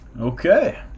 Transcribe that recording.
Okay